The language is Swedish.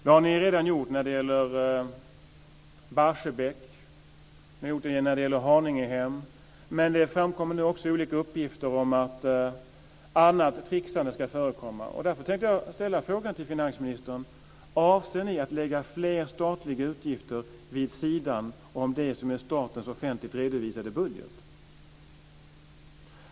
Det har ni redan gjort när det gäller Barsebäck och Haningehem, men det framkommer nu också olika uppgifter om att annat tricksande ska förekomma. Därför tänker jag ställa frågan till finansministern: Avser ni att lägga fler statliga utgifter vid sidan av det som är statens offentligt redovisade budget?